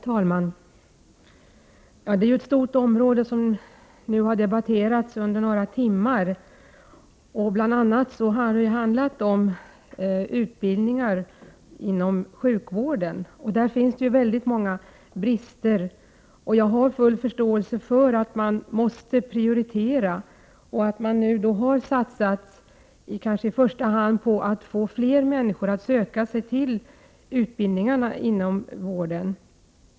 Herr talman! Det är ett stort område som har debatterats nu under några timmar. Bl.a. har debatten handlat om utbildningar inom sjukvården. Där finns det många brister. Jag har full förståelse för att man måste prioritera och att man nu kanske i första hand har satsat på att få fler människor att söka sig till utbildningarna inom vården.